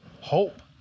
hope